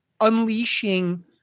unleashing